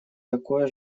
такое